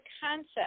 concept